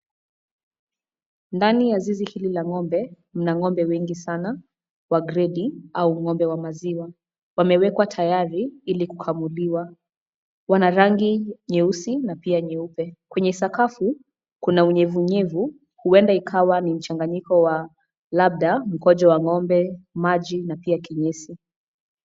Ndani ya zizi hili la ng'ombe, mna ng'ombe wengi sana wa gredi au ng'ombe wa maziwa . Wamewekwa tayari ili kukamuliwa. Wana rangi nyeusi na pia nyeupe. Kwenye sakafu, kuna unyevu unyevu, huenda ikawa ni mchanganyiko wa labda mkojo wa ng'ombe , maji na pia kinyesi.